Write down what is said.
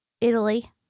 Italy